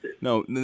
No